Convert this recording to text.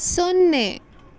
ಸೊನ್ನೆ